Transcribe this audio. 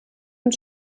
und